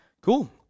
Cool